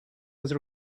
was